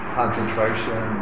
concentration